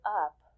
up